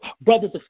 brothers